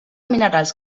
minerals